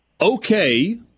okay